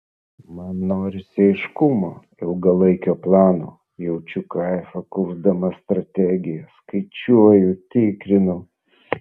man norisi aiškumo ilgalaikio plano jaučiu kaifą kurdama strategiją skaičiuoju tikrinu